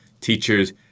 teachers